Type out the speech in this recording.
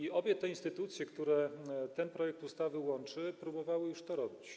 I obie te instytucje, które ten projekt ustawy łączy, próbowały już to robić.